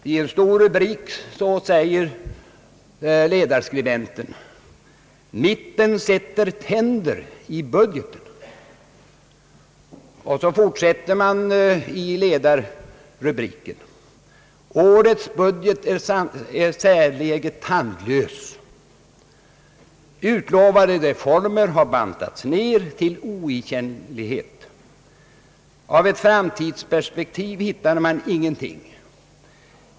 I en stor rubrik säger ledarskribenten följande: »Mitten sätter tänder i budgeten.» Så fortsätter man i ledarrubriken: »Årets budget är säreget tandlöst... Utlovade reformer har bantats ner till oigenkännlighet. Av ett framtidsperspektiv hittar man ingenting.